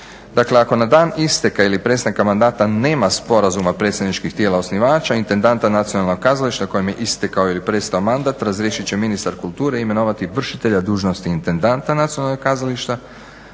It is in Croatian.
Dakle, ako na dan isteka ili prestanka mandata nema sporazuma predstavničkih tijela osnivača intendanta nacionalnog kazališta kojem je istekao ili prestao mandat razriješit će ministar kulture i imenovati vršitelja dužnosti intendanta nacionalnog kazališta